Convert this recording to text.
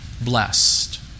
blessed